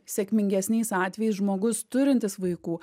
sėkmingesniais atvejais žmogus turintis vaikų